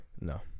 No